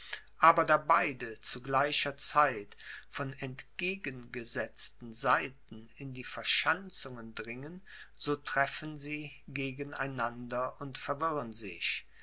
aber da beide zu gleicher zeit von entgegengesetzten seiten in die verschanzungen dringen so treffen sie gegen einander und verwirren sich